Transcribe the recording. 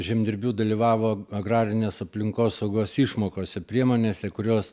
žemdirbių dalyvavo agrarinės aplinkosaugos išmokose priemonėse kurios